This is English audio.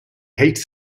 hates